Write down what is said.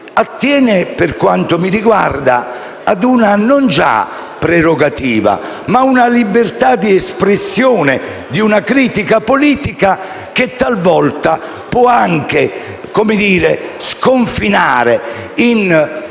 attiene, per quanto mi riguarda, non già ad una prerogativa, ma ad una libertà di espressione di una critica politica, che talvolta può anche sconfinare in